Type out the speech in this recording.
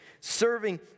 Serving